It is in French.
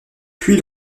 puis